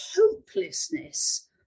hopelessness